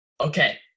Okay